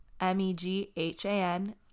M-E-G-H-A-N